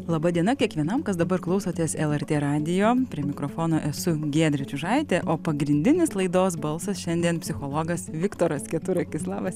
laba diena kiekvienam kas dabar klausotės lrt radijo prie mikrofono esu giedrė čiužaitė o pagrindinis laidos balsas šiandien psichologas viktoras keturakis labas